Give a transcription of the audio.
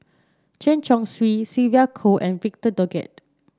Chen Chong Swee Sylvia Kho and Victor Doggett